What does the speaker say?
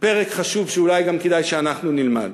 פרק חשוב שאולי גם כדאי שאנחנו נלמד.